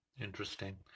Interesting